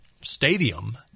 stadium